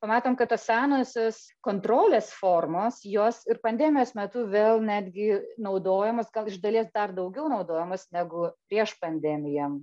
pamatom kad tos senosios kontrolės formos jos ir pandemijos metu vėl netgi naudojamos gal iš dalies dar daugiau naudojamos negu prieš pandemiją